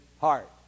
heart